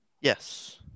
yes